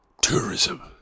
Tourism